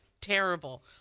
terrible